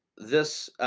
this